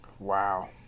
Wow